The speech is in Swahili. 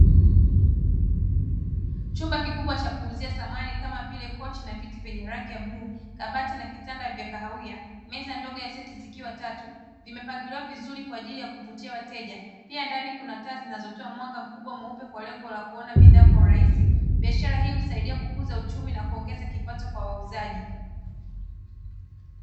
Chumba kikubwa cha kuuzia samani kama vile kochi na viti vyenye rangi ya bluu, kabati na kitanda vya kahawiya, meza ndogo ya seti zikiwa tatu, zimepangiliwa vizuri kwa ajili ya kuvutia wateja. Pia ndani kuna taa zinazotoa mwanga mkubwa mweupe kwa lengo la kuona bidhaa kwa urahisi. Biashari hii husaidia kukuza uchumi na kuongeza kipato kwa wauzaji.